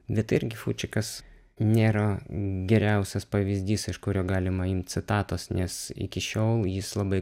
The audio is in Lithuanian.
bet irgi fūčikas nėra geriausias pavyzdys iš kurio galima imt citatos nes iki šiol jis labai